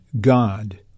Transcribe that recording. God